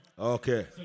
okay